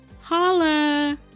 Holla